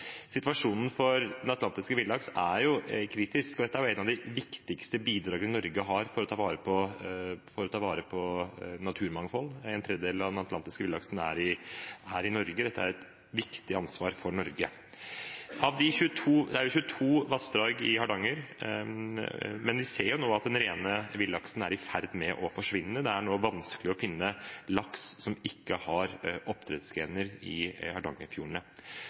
Situasjonen for den atlantiske villaks er kritisk, og dette er et av de viktigste bidragene Norge har for å ta vare på naturmangfold. En tredjedel av den atlantiske villaksen er i Norge – dette er et viktig ansvar for Norge. Det er 22 vassdrag i Hardanger, men vi ser nå at den rene villaksen er i ferd med å forsvinne. Det er nå vanskelig å finne laks som ikke har oppdrettsgener, i